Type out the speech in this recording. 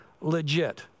legit